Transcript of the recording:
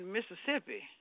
Mississippi